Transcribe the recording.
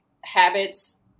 habits